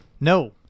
No